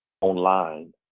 online